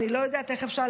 אני לא יודעת איך אפשר,